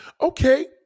Okay